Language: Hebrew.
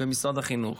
במשרד החינוך.